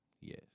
Yes